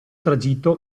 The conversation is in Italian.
tragitto